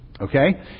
Okay